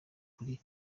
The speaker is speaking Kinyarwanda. kuri